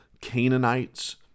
Canaanites